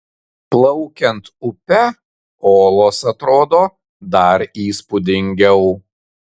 plaukiant upe olos atrodo dar įspūdingiau